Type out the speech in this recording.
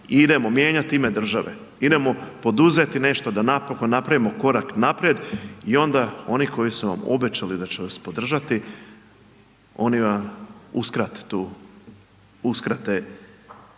idemo mijenjati ime države. Idemo poduzeti nešto da napokon napravimo korak naprijed i onda oni koji su vam obećali da će vas podržati, oni vam uskrate tu,